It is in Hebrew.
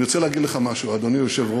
אני רוצה להגיד לך משהו, אדוני היושב-ראש: